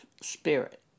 Spirit